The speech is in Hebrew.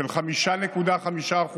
של 5.5%,